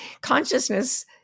Consciousness